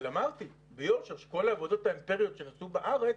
אמרתי ביושר שכל העבודות האמפיריות שנעשו בארץ,